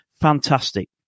fantastic